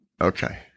Okay